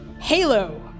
Halo